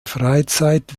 freizeit